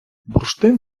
бурштин